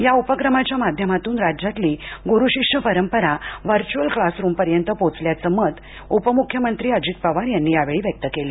या उपक्रमाच्या माध्यमातून राज्यातली गुरूशिष्य परंपरा व्हर्च्युअल क्लासरूमपर्यंत पोहोचल्याचं मत उपमुख्यमंत्री अजीत पवार यांनी यावेळी व्यक्त केलं